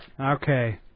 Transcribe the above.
Okay